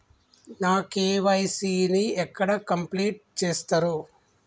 నా కే.వై.సీ ని ఎక్కడ కంప్లీట్ చేస్తరు?